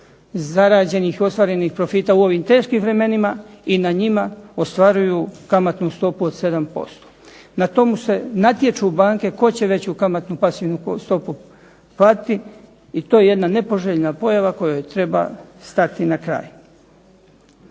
zarađenih i ostvarenih profita u ovim teškim vremenima i na njima ostvaruju kamatnu stopu od 7%. Na tomu se natječu banke tko će veću kamatnu pasivnu stopu platiti i to je jedna nepoželjna pojava kojoj treba stati na kraj.